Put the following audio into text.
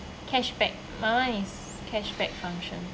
cashback my [one] is cashback function